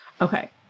Okay